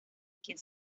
quien